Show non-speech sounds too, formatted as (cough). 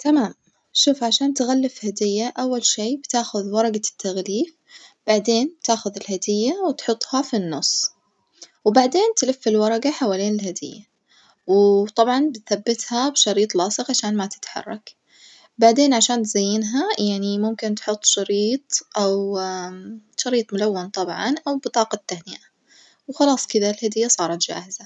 تمام شوف عشان تغلف هدية أول شي بتاخذ ورجة التغليف بعدين بتاخذ الهدية وتحطها في النص وبعدين تلف الورجة حولين الهدية، وطبعًا بتثبتها بشريط لاصق عشان ما تتحرك، بعدين عشان تزينها يعني ممكن تحط شريط أو (hesitation) شريط ملون طبعًا أو بطاقة تهنئة وخلاص كدة الهدية صارت جاهزة.